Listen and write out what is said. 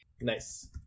Nice